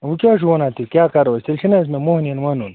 وۅنۍ کیٛاہ حظ چھُو وَنان تُہۍ کیٛاہ کَرو أسۍ تیٚلہِ چھُنہٕ حظ مےٚ مۅہنِوٮ۪ن وَنُن